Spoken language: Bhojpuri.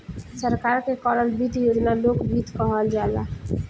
सरकार के करल वित्त योजना लोक वित्त कहल जाला